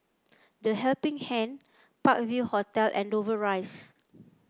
The Helping Hand Park View Hotel and Dover Rise